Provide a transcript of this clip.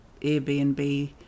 Airbnb